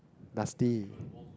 dusty